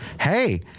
hey